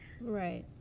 right